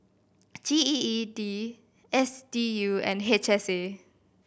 G E E D S D U and H S A